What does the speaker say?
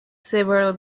several